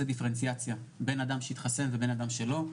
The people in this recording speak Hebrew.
דיפרנציאציה בין אדם שהתחסן לבין אדם שלא,